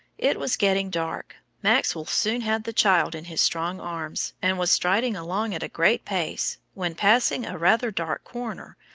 it was getting dark. maxwell soon had the child in his strong arms, and was striding along at a great pace, when passing a rather dark corner,